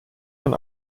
man